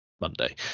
Monday